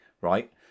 right